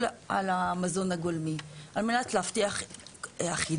על המזון הגולמי על מנת להבטיח אחידות,